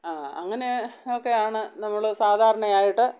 ആ അങ്ങനെ ഒക്കെയാണ് നമ്മൾ സാധാരണയായിട്ട്